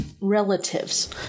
relatives